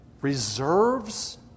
reserves